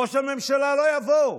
ראש הממשלה לא יבוא,